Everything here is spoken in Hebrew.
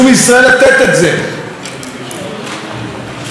זה מה שידרשו מאיתנו.